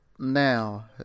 Now